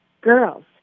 girls